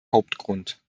hauptgrund